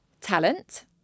talent